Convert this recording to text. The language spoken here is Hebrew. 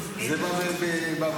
זה בא בסוכרת,